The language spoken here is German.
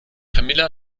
camilla